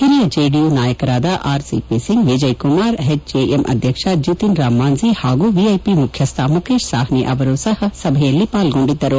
ಹಿರಿಯ ಜೆಡಿಯು ನಾಯಕರಾದ R CP Singh Vijay Kumar H A M ಅಧ್ಯಕ್ಷ ಜಿತಿನ್ ರಾಂ ಮಾಂಜಿ ಹಾಗೂ ವಿಐಪಿ ಮುಖ್ಯಸ್ಡ ಮುಖೇಶ್ ಸಾಹ್ನಿ ಅವರು ಸಹ ಸಭೆಯಲ್ಲಿ ಪಾಲ್ಗೊಂಡಿದ್ದರು